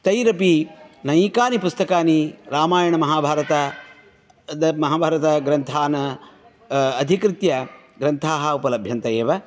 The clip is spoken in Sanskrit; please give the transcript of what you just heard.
तैरपि अनेकानि पुस्तकानि रामायणमहाभारत महाभारतग्रन्थान् अधिकृत्य ग्रन्थाः उपलभ्यन्त एव